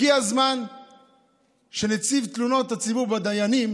הגיע הזמן שנציב תלונות הציבור בדיינים